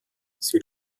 sie